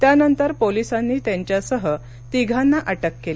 त्यानंतर पोलिसांनी त्यांच्यासह तिघांना अटक केली